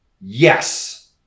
Yes